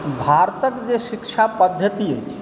भारतकजे शिक्षा पद्धति अछि